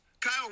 Kyle